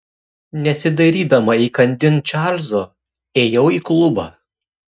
nesidairydama įkandin čarlzo ėjau į klubą